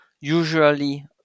usually